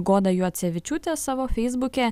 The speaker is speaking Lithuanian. goda juocevičiūtė savo feisbuke